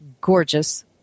gorgeous